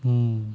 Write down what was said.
mm